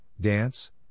dance